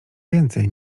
więcej